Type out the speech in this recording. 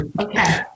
Okay